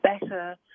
better